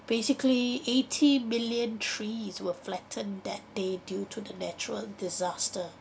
basically eighty million trees were flattened that day due to the natural disaster